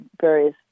various